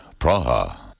Praha